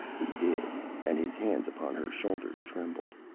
he did, and his hands upon her shoulders trembled.